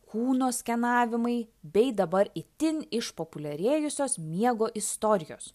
kūno skenavimai bei dabar itin išpopuliarėjusios miego istorijos